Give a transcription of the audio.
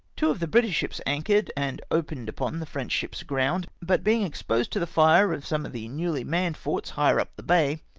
two of the british ships anchored, and opened upon the french ships aground, but being exposed to the fire of some of the newly manned forts higher up the bay,